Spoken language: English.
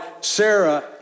Sarah